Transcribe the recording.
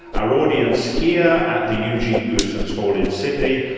our audience here at the eugene goosens hall in sydney.